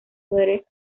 were